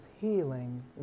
healing